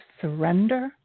surrender